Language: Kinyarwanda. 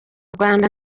rwanda